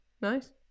Nice